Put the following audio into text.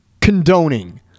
condoning